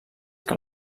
que